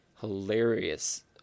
hilarious